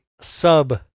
sub